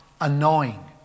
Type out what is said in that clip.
annoying